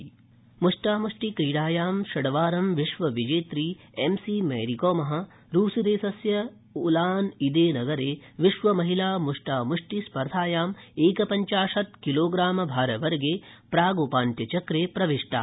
मुष्टामुष्टि मुष्टामुष्टिक्रीडायां षड्वारं विश्वविजेत् एमसीमेरीकॉम रूसदेशस्य Ulan दि नगरे विश्वमहिलामुष्टामुष्टि स्पर्धायाम् एकपञ्चाशत् किलोग्रामभारवर्गे प्राग्पान्त्यचक्रे प्रविष्टा